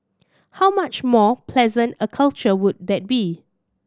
how much more pleasant a culture would that be